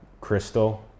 crystal